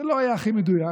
זה לא היה הכי מדויק,